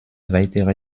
weitere